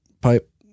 pipe